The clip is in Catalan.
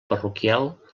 parroquial